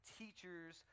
teachers